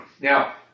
Now